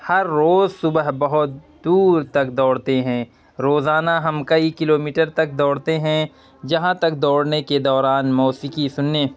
ہر روز صبح بہت دور تک دوڑتے ہیں روزانہ ہم کئی کلو میٹر تک دوڑتے ہیں جہاں تک دوڑنے کے دوران موسیقی سننے